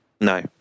No